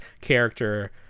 character